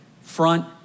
front